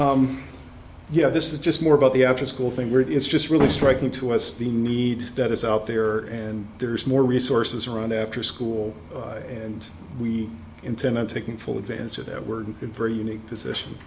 silver yeah this is just more about the after school thing where it is just really striking to us the need that is out there and there's more resources around after school and we intend on taking full advantage that we're very unique position